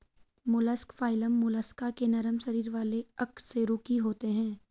mollusc phylum Mollusca के नरम शरीर वाले अकशेरुकी होते हैं